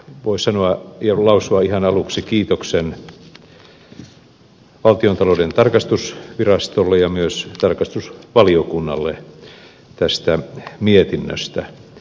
voi sanoa ja lausua ihan aluksi kiitoksen valtiontalouden tarkastusvirastolle ja myös tarkastusvaliokunnalle tästä mietinnöstä